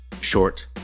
short